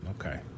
Okay